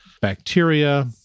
bacteria